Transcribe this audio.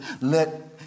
Let